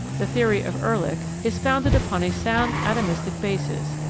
the theory of ehrlich is founded upon a sound atomistic basis,